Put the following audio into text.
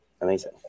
Amazing